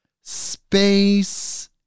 space